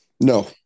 No